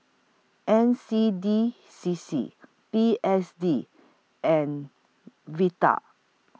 N C D C C P S D and Vital